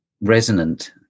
resonant